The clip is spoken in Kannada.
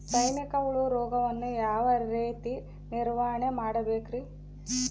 ಸೈನಿಕ ಹುಳು ರೋಗವನ್ನು ಯಾವ ರೇತಿ ನಿರ್ವಹಣೆ ಮಾಡಬೇಕ್ರಿ?